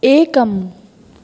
एकम्